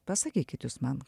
pasakykit jūs man